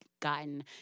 gotten